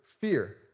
fear